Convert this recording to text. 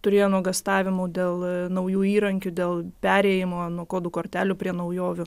turėjo nuogąstavimų dėl naujų įrankių dėl perėjimo nuo kodų kortelių prie naujovių